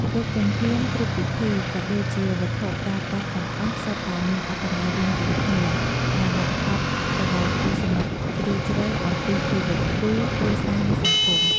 គ្រប់ជំហាន គ្រប់ពិធី ក៏ដូចជាវត្ថុប្រើប្រាស់ទាំងអស់សុទ្ធតែមានអត្ថន័យរៀងៗខ្លួន និងបង្កប់ទៅដោយទស្សនៈជ្រាលជ្រៅអំពីជីវិតគូ គ្រួសារ និងសង្គម។